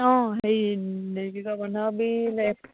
অঁ হেৰি নে কি কয় বন্ধাকবি